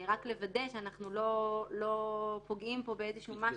אנחנו לא רואים צורך בהערה הזאת ואנחנו מתנגדים לה.